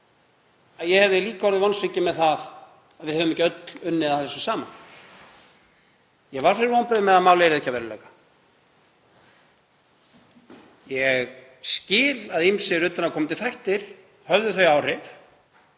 ég hefði orðið vonsvikinn með að við hefðum ekki öll unnið að þessu saman. Ég varð fyrir vonbrigðum með að málið yrði ekki að veruleika. Ég skil að ýmsir utanaðkomandi þættir höfðu þau áhrif,